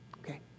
okay